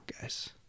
guys